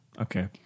Okay